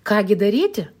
ką gi daryti